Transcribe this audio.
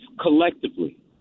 collectively